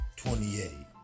28